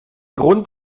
grund